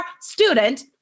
student